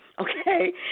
okay